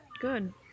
Good